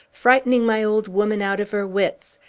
frightening my old woman out of her wits,